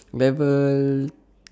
never